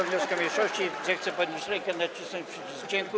wniosku mniejszości, zechce podnieść rękę i nacisnąć przycisk.